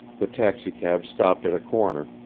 the taxicab stopped at a corner,